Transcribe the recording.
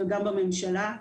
וגם בממשלה,